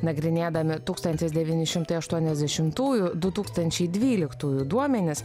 nagrinėdami tūkstantis devyni šimtai aštuoniasdešimtųjų du tūkstančiai dvyliktųjų duomenis